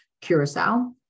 Curacao